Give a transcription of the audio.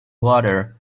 water